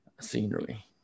scenery